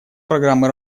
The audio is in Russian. программы